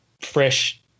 fresh